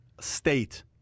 state